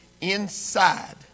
inside